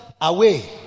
away